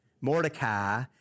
Mordecai